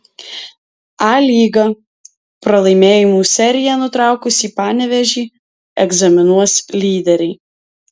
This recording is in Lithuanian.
a lyga pralaimėjimų seriją nutraukusį panevėžį egzaminuos lyderiai